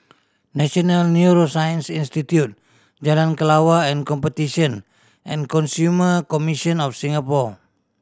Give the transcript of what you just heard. National Neuroscience Institute Jalan Kelawar and Competition and Consumer Commission of Singapore